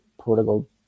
Portugal